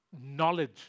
knowledge